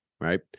right